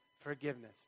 forgiveness